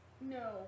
No